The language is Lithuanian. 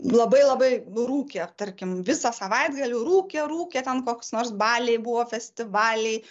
labai labai rūkė tarkim visą savaitgalį rūkė rūkė ten koks nors baliai buvo festivaliai